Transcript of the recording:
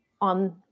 on